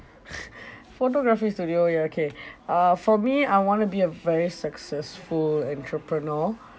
photography studio ya okay uh for me I want to be a very successful entrepreneur